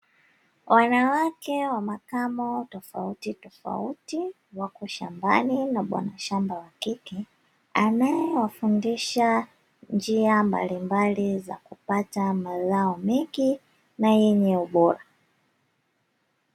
Wanawake wa makamo tofauti tofauti wako shambani na bwana shamba wa kike anayewafundisha njia mbalimbali za kupata mazao mengi na yenye ubora.